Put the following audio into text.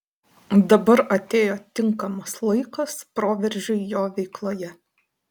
dabar atėjo tinkamas laikas proveržiui jo veikloje